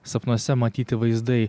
sapnuose matyti vaizdai